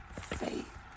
faith